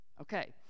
Okay